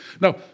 now